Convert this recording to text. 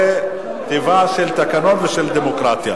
בהחלט.